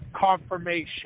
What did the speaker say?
confirmation